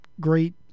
great